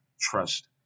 trust